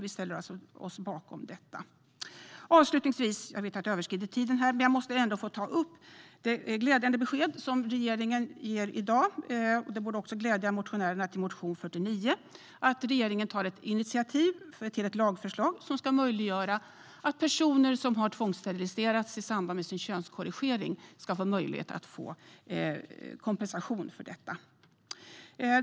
Avslutningsvis måste jag, även om jag vet att jag har överskridit talartiden, få ta upp det glädjande besked som regeringen ger i dag - det borde också glädja motionärerna till motion 49 - om att regeringen tar ett initiativ till ett lagförslag som ska möjliggöra att personer som har tvångssteriliserats i samband med sin könskorrigering ska få möjlighet till kompensation för detta.